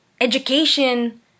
education